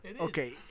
Okay